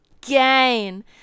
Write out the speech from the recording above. gain